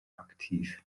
aktiv